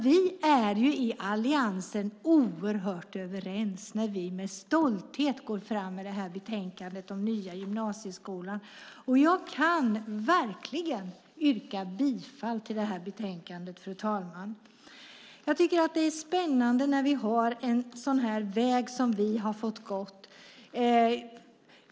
Vi är i alliansen nämligen oerhört överens när vi med stolthet går fram med betänkandet om nya gymnasieskolan. Jag kan verkligen yrka bifall till detta betänkande, fru talman. Det är spännande med den väg vi har fått gå.